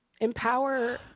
empower